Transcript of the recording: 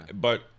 but-